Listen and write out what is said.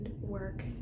work